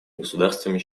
государствами